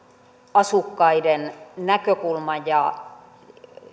asukkaiden näkökulman